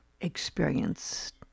experienced